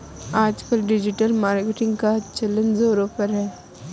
आजकल digital marketing का चलन ज़ोरों पर है